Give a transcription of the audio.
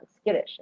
Skittish